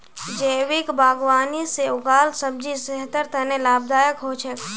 जैविक बागवानी से उगाल सब्जी सेहतेर तने लाभदायक हो छेक